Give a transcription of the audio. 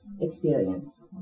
experience